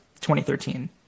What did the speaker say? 2013